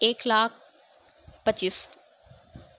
ایک لاکھ پچیس